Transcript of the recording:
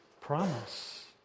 promise